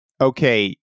okay